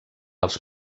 els